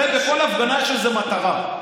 הרי בכל הפגנה יש איזו מטרה.